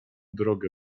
drogę